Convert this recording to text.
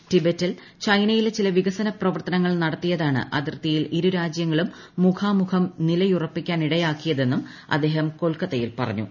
ടിബറ്റിൽ ചൈനയിലെ ചില വികസന പ്രവർത്തനങ്ങൾ നടത്തിയതാണ് അതിർത്തിയിൽ ഇരുരാജ്യങ്ങളും മുഖാമുഖം നിലയുറപ്പിക്കാനിടയായതെന്നും അദ്ദേഹം കൊൽക്കത്തയിൽ പറഞ്ഞു